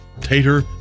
tater